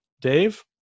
Dave